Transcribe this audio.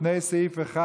לפני סעיף 1